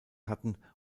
hatten